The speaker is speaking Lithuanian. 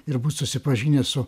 ir būt susipažinęs su